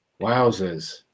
wowzers